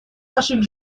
наших